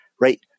right